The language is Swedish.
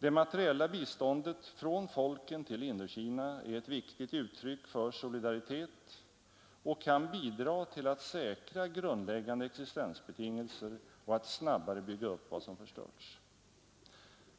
Det materiella biståndet från folken till Indokina är ett viktigt uttryck för solidaritet och kan bidra till att säkra grundläggande existensbetingelser och att snabbare bygga upp vad som förstörts.